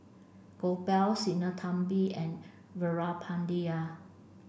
Gopal Sinnathamby and Veerapandiya